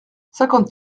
cinquante